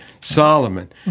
Solomon